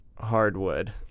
Hardwood